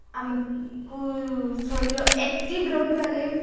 ଆମକୁ ଶରୀର ଆକ୍ଟିଭ୍ ରହିବାରେ